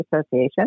Association